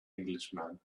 englishman